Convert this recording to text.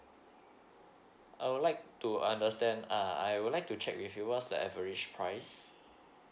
I would like to understand uh I would like to check with you what's the average price